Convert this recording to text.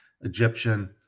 Egyptian